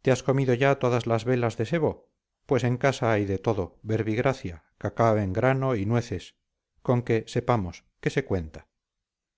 te has comido ya todas las velas de sebo pues en casa hay de todo verbigracia cacao en grano y nueces con que sepamos qué se cuenta